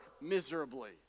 miserably